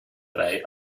drei